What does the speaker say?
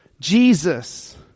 Jesus